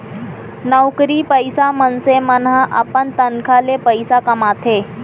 नउकरी पइसा मनसे मन ह अपन तनखा ले पइसा कमाथे